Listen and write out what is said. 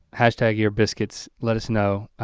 hashtag earbiscuits, let us know,